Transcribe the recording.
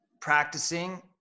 practicing